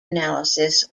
analysis